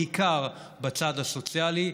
בעיקר בצד הסוציאלי,